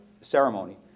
ceremony